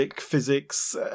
physics